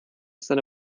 seine